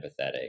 empathetic